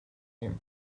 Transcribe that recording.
him